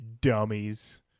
dummies